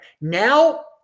Now